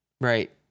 Right